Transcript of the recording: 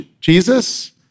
Jesus